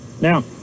Now